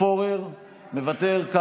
פורר מוותרת,